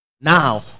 now